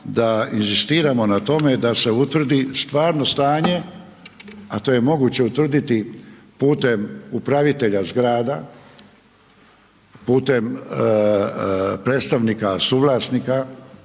da inzistiramo na tome da se utvrdi stvarno stanje a to je moguće utvrditi putem upravitelja zgrada, putem predstavnika, suvlasnika